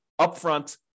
upfront